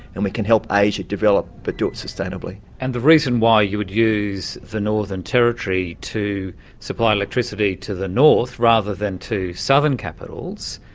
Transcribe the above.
and we can help asia to develop, but do it sustainably. and the reason why you would use the northern territory to supply electricity to the north, rather than to southern capitals,